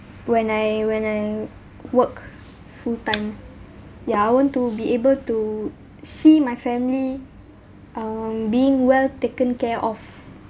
when I when I work full time ya I want to be able to see my family um being well taken care of